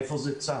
מאיפה זה צף?